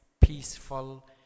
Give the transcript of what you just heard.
peaceful